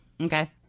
okay